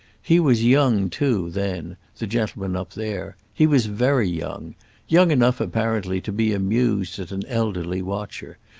he was young too then, the gentleman up there he was very young young enough apparently to be amused at an elderly watcher,